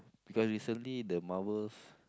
because recently the Marvels